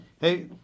Hey